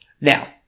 Now